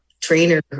trainer